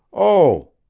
oh,